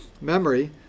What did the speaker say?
memory